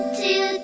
two